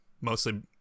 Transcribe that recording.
Mostly